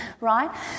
Right